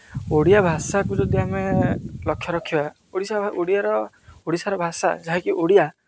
ଓଡ଼ିଆ ଭାଷାକୁ ଯଦି ଆମେ ଲକ୍ଷ୍ୟ ରଖିବା ଓଡ଼ିଶା ଓଡ଼ିଆର ଓଡ଼ିଶାର ଭାଷା ଯାହାକି ଓଡ଼ିଆ